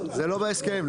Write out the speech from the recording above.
זה לא בהסכם.